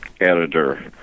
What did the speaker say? editor